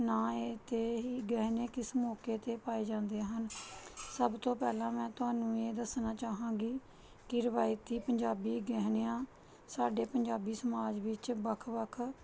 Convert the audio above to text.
ਨਾ ਏ ਤੇ ਹੀ ਗਹਿਣੇ ਕਿਸ ਮੌਕੇ 'ਤੇ ਪਾਏ ਜਾਂਦੇ ਹਨ ਸਭ ਤੋਂ ਪਹਿਲਾਂ ਮੈਂ ਤੁਹਾਨੂੰ ਇਹ ਦੱਸਣਾ ਚਾਹਾਂਗੀ ਕਿ ਰਵਾਇਤੀ ਪੰਜਾਬੀ ਗਹਿਣਿਆਂ ਸਾਡੇ ਪੰਜਾਬੀ ਸਮਾਜ ਵਿੱਚ ਵੱਖ ਵੱਖ